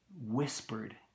whispered